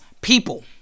people